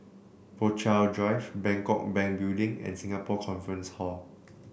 Rochalie Drive Bangkok Bank Building and Singapore Conference Hall